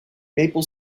maple